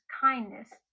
kindness